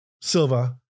Silva